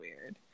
weird